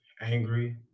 angry